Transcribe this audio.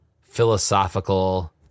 philosophical